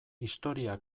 historia